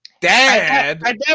Dad